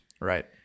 Right